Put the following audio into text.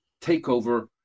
takeover